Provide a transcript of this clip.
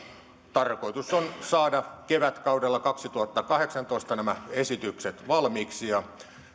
tarkoitus on saada kevätkaudella kaksituhattakahdeksantoista nämä esitykset valmiiksi